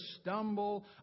stumble